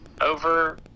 over